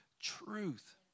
truth